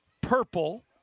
purple